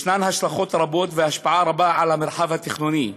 יש השלכות רבות והשפעה רבה על המרחב התכנוני.